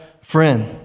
friend